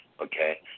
okay